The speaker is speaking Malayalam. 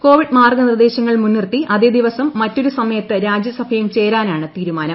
കോവിഡ് മാർഗനിർദേശങ്ങൾ മുൻനിർത്തി അതേദിവസം മറ്റൊരു സമയത്ത് രാജ്യസഭയും ചേരാനാണ് തീരുമാനം